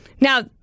Now